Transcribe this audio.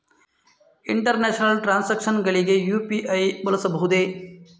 International transactions ಗಳಿಗೆ UPI ಬಳಸಬಹುದೇ?